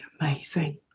amazing